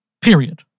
period